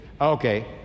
Okay